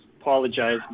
apologize